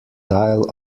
dial